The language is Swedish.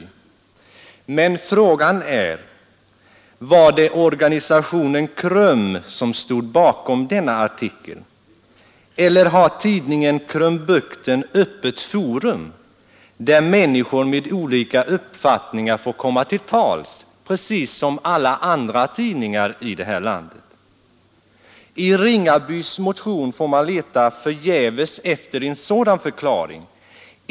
Men frågan är: Var det organisationen KRUM som stod bakom denna artikel, eller har tidningen Krumbukten öppet forum, där människor med olika uppfattningar får komma till tals, precis som alla andra tidningar här i landet? I herr Ringabys motion får man leta förgäves efter en sådan förklaring.